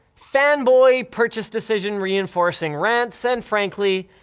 fanboy purchase decision reinforcing rants and frankly,